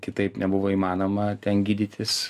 kitaip nebuvo įmanoma ten gydytis